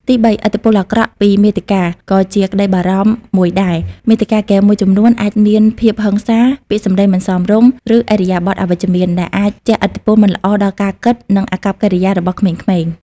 ទីបី ឥទ្ធិពលអាក្រក់ពីមាតិកា ក៏ជាក្តីបារម្ភមួយដែរ មាតិកាហ្គេមមួយចំនួនអាចមានភាពហិង្សា ពាក្យសម្ដីមិនសមរម្យ ឬឥរិយាបថអវិជ្ជមាន ដែលអាចជះឥទ្ធិពលមិនល្អដល់ការគិត និងអាកប្បកិរិយារបស់ក្មេងៗ។